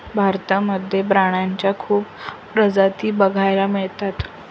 भारतामध्ये प्राण्यांच्या खूप प्रजाती बघायला मिळतात